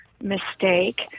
mistake